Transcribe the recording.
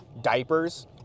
Diapers